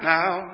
now